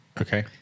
Okay